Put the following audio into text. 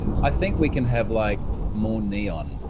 i think we can have, like, more neon. and